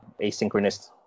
asynchronous